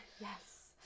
Yes